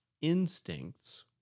instincts